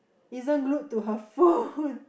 isn't glued to her phone